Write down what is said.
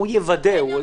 הוא יוודא.